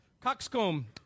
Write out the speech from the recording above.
coxcomb